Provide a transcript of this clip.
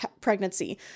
pregnancy